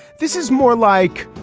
this is more like